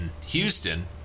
Houston